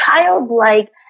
childlike